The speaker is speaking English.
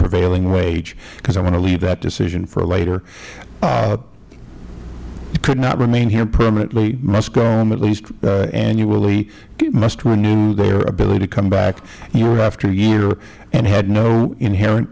prevailing wage because i want to leave that decision for later could not remain here permanently must go home at least annually must renew their ability to come back year after year and had no inherent